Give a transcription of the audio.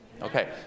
Okay